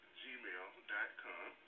gmail.com